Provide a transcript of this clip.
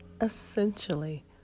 essentially